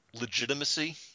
legitimacy